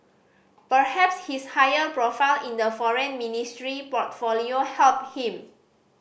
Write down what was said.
perhaps his higher profile in the Foreign Ministry portfolio helped him